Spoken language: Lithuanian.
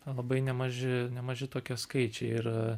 labai nemaži nemaži tokie skaičiai ir